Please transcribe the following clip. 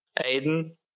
Aiden